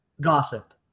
gossip